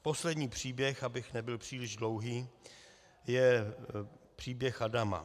Poslední příběh, abych nebyl příliš dlouhý, je příběh Adama.